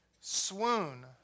swoon